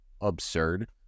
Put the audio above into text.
absurd